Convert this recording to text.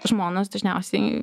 žmonos dažniausiai